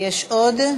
(קוראת בשם חבר הכנסת) משה גפני, נגד יש עוד?